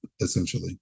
essentially